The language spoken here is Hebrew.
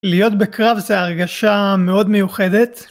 להיות בקרב זה הרגשה מאוד מיוחדת.